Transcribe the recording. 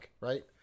Right